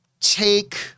take